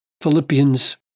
Philippians